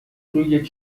روی